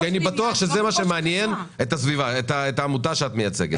אני בטוח שזה מה שמעניין את העמותה שאת מייצגת.